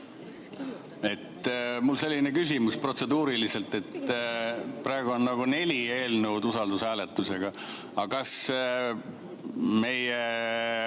Mul on selline küsimus protseduuriliselt, et praegu on neli eelnõu usaldushääletusega, aga kas meil